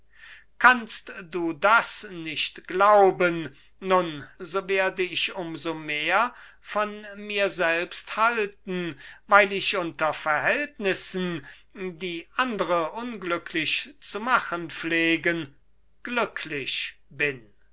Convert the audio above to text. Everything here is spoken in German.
kannst du das nicht glauben nun so werde ich um so mehr von mir selbst halten weil ich unter verhältnissen die andre unglücklich zu machen pflegen glücklich bin